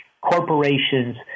corporations